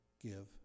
give